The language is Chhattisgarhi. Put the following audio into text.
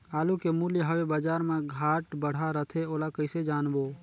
आलू के मूल्य हवे बजार मा घाट बढ़ा रथे ओला कइसे जानबो?